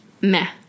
meh